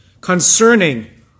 concerning